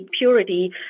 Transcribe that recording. purity